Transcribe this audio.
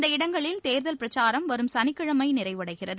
இந்த இடங்களில் தேர்தல் பிரச்சாரம் வரும் சனிக்கிழமை நிறைவடைகிறது